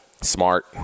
Smart